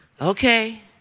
Okay